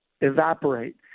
evaporate